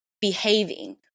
behaving